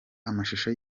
amashusho